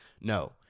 No